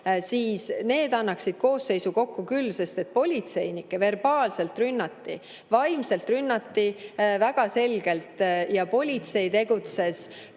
siis toimunu annaks koosseisu kokku küll, sest politseinikke verbaalselt rünnati. Vaimselt neid rünnati väga selgelt. Ja politsei tegutses